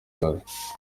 uhagaze